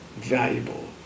valuable